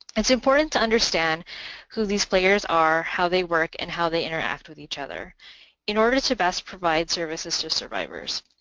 it's important to understand who these players are, how they work, and how they interact with each other in order to best provide services to survivors.